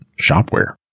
shopware